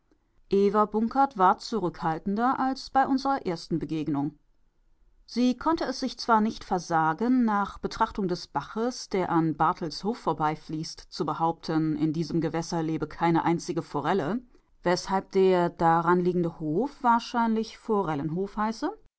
eva bunkert war zurückhaltender als bei unserer ersten begegnung sie konnte es sich zwar nicht versagen nach betrachtung des baches der an barthels hof vorbeifließt zu behaupten in diesem gewässer lebe keine einzige forelle weshalb der daranliegende hof wahrscheinlich forellenhof heiße